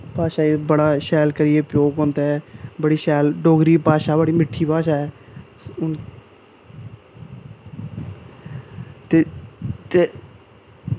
डोगरी भाशा दा बड़ा शैल प्रयोग होंदा ऐ बड़ी शैल डोगरी भासा बड़ी मिट्ठी भाशा ऐ ते